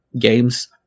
games